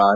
R